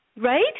Right